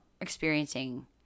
experiencing